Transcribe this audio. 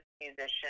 musician